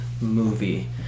movie